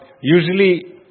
usually